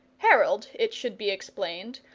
harold, it should be explained,